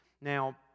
Now